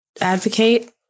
advocate